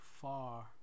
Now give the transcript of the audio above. far